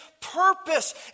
purpose